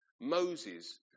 Moses